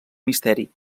misteri